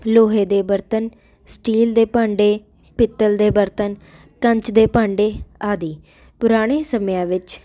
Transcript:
ਲੋਹੇ ਦੇ ਬਰਤਨ ਸਟੀਲ ਦੇ ਭਾਂਡੇ ਪਿੱਤਲ ਦੇ ਬਰਤਨ ਕੱਚ ਦੇ ਭਾਂਡੇ ਆਦਿ ਪੁਰਾਣੇ ਸਮਿਆਂ ਵਿੱਚ